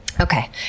Okay